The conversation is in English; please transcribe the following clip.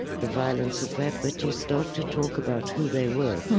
the violence of that, but you start to talk about who they were.